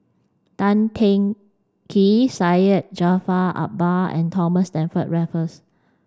Tan Teng Kee Syed Jaafar Albar and Thomas Stamford Raffles